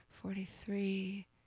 Forty-three